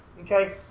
okay